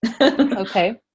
Okay